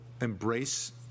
embrace